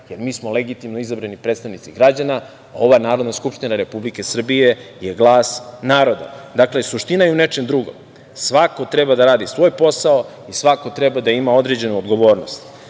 jer mi smo legitimno izabrani predstavnici građana. Ova Narodna skupština Republike Srbije je glasa naroda. Dakle, suština je u nečem drugom. Svako treba da radi svoj posao i svako treba da ima određenu odgovornost. Da